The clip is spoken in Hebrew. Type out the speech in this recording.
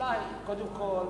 השאלה היא, קודם כול,